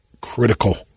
critical